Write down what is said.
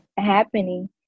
happening